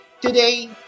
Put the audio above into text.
Today